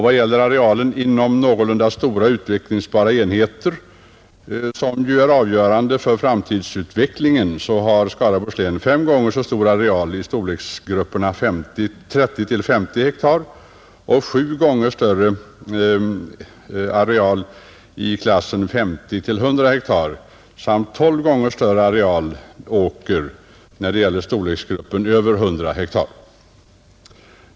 Beträffande arealen inom någorlunda stora och utvecklingsbara enheter, som ju är avgörande för framtidsutvecklingen, har Skaraborgs län fem gånger så stor areal i storleksgruppen 30-50 ha, sju gånger större areal i klassen 50—100 ha samt tolv gånger större areal åker i storleksgruppen över 100 ha.